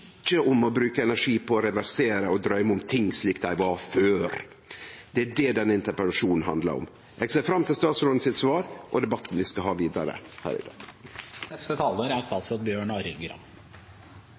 om å bruke energi på å reversere og drøyme om ting slik dei var før. Det er det denne interpellasjonen handlar om. Eg ser fram til statsråden sitt svar og debatten vi skal ha vidare her i